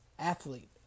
athlete